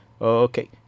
okay